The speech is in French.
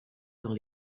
dans